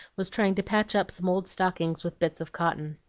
was trying to patch up some old stockings with bits of cotton.